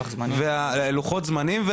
לוחות הזמנים,